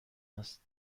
است